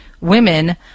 women